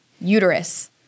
uterus